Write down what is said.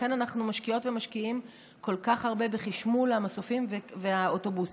לכן אנחנו משקיעות ומשקיעים כל כך הרבה בחשמול המסופים והאוטובוסים.